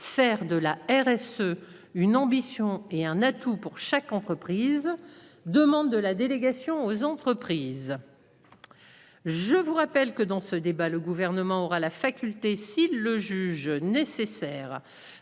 faire de la RS. Une ambition et un atout pour chaque entreprise demande de la délégation aux entreprises. Je vous rappelle que dans ce débat, le gouvernement aura la faculté s'il le juge nécessaire.